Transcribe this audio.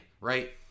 right